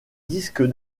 disque